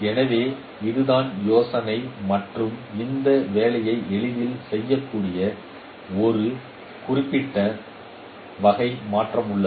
எனவே இதுதான் யோசனை மற்றும் இந்த வேலையை எளிதில் செய்யக்கூடிய ஒரு குறிப்பிட்ட வகை மாற்றம் உள்ளது